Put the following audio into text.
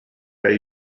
bij